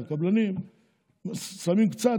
הקבלנים שמים קצת,